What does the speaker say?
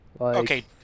Okay